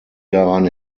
daran